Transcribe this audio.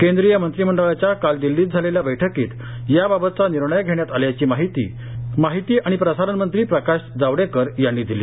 केंद्रीय मंत्रिमंडळाच्या काल दिल्लीत झालेल्या बैठकीत या बाबतचा निर्णय घेण्यात आल्याचं माहिती आणि प्रसारण मंत्री प्रकाश जावडेकर यांनी सांगितलं